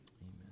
amen